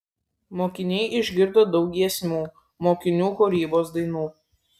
mokiniai išgirdo daug giesmių mokinių kūrybos dainų